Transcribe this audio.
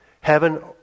Heaven